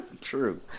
True